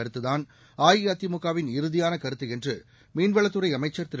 கருத்து தான் அஇஅதிமுகவின் இறுதியான கருத்து என்று மீன்வளத்துறை அமைச்சர் திரு